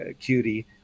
cutie